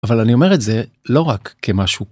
אבל אני אומר את זה לא רק כמשהו.